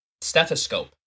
stethoscope